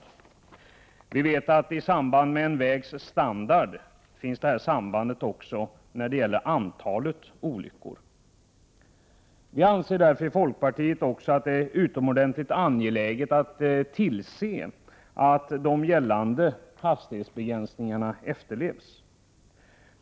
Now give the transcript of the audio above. Vi vet att vägens standard också spelar in när det gäller antalet olyckor. Därför anser vi i folkpartiet att det är utomordentligt angeläget att man tillser att gällande bestämmelser om hastighetsbegränsningar efterlevs.